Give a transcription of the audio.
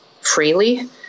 freely